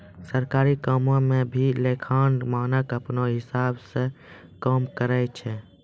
सरकारी कामो म भी लेखांकन मानक अपनौ हिसाब स काम करय छै